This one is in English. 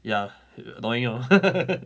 ya annoying hor